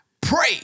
pray